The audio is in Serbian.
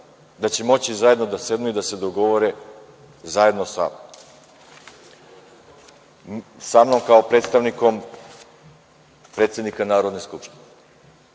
da će moći zajedno da sednu i da se dogovore zajedno sa mnom kao predstavnikom predsednika narodne skupštine.